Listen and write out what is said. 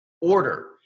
order